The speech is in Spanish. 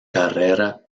carrera